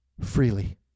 freely